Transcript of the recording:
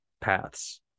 paths